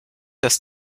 das